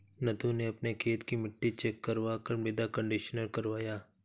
नथु ने अपने खेत की मिट्टी चेक करवा कर मृदा कंडीशनर करवाया